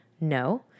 No